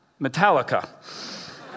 Metallica